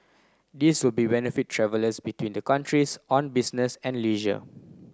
this will be benefit travellers between the countries on business and leisure